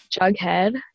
Jughead